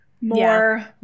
more